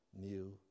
new